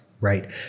Right